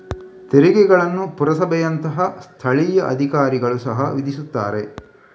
ತೆರಿಗೆಗಳನ್ನು ಪುರಸಭೆಯಂತಹ ಸ್ಥಳೀಯ ಅಧಿಕಾರಿಗಳು ಸಹ ವಿಧಿಸುತ್ತಾರೆ